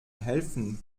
helfen